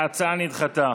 ההצעה נדחתה.